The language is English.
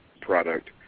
product